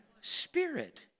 spirit